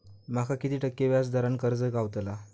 माका किती टक्के व्याज दरान कर्ज गावतला?